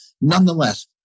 Nonetheless